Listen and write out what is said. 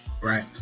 Right